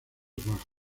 baja